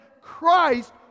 Christ